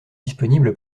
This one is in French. disponible